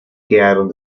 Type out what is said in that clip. quedaron